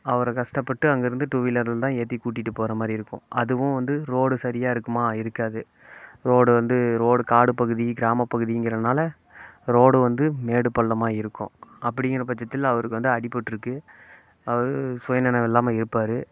அவரை கஷ்டப்பட்டு அங்கே இருந்து டூவீலரில் தான் ஏற்றி கூட்டிகிட்டு போறமாதிரி இருக்கும் அதுவும் வந்து ரோடு சரியாக இருக்குமா இருக்காது ரோடு வந்து ரோடு காடு பகுதி கிராமப்பகுதிங்குறனால ரோடு வந்து மேடு பள்ளமாக இருக்கும் அப்படிங்குற பட்சத்தில் அவருக்கு வந்து அடிப்பட்டுருக்கு அவர் சுயநினைவு இல்லாம இருப்பார்